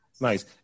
Nice